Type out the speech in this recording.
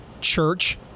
church